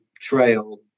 trail